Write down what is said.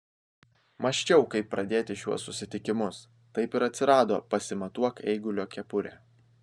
mąsčiau kaip pradėti šiuos susitikimus taip ir atsirado pasimatuok eigulio kepurę